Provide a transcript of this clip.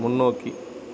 முன்னோக்கி